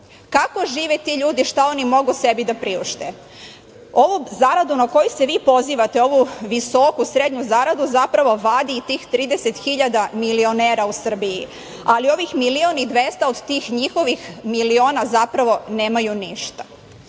žive ti ljudi? Šta oni mogu sebi da priušte? Ovu zaradu na koji se vi pozivate, ovu visoku srednju zaradu zapravo vadi i tih 30 hiljada milionera u Srbiji, ali ovih milion i 200 od tih njihovih miliona zapravo nemaju ništa.